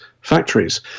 factories